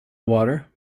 water